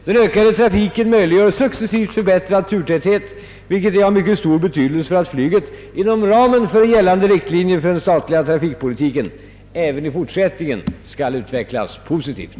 Den ökande trafiken möjliggör successivt förbättrad turtäthet vilket är av mycket stor betydelse för att flyget inom ramen för gällande riktlinjer för den statliga trafikpolitiken även i fortsättningen skall utvecklas positivt.